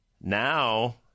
now